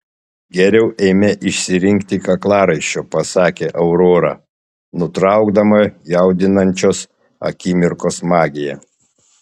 geriau eime išsirinkti kaklaraiščio pasakė aurora nutraukdama jaudinančios akimirkos magiją